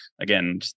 again